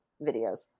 videos